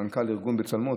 מנכ"ל ארגון בצלמו,